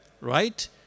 right